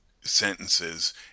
sentences